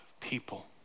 people